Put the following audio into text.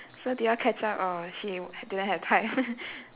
so did you all catch up or shame didn't have time